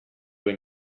when